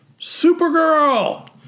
Supergirl